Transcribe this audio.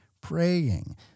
praying